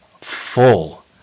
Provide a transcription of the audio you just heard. full